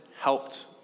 helped